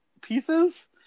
pieces